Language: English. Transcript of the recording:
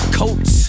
coats